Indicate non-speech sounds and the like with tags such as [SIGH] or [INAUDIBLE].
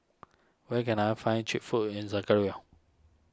where can I find Cheap Food in [UNINTELLIGIBLE]